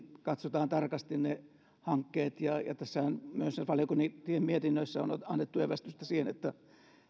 katsotaan tarkasti ne hankkeet tässähän myös valiokuntien mietinnöissä on on annettu evästystä siihen että